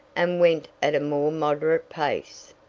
and went at a more moderate pace.